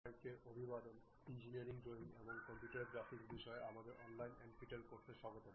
সবাইকে অভিবাদন engineering drawing এবং কম্পিউটার গ্রাফিক্স বিষয়ে আমাদের অনলাইন NPTEL ক্লাসে স্বাগতম